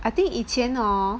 I think 以前 hor